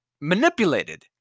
manipulated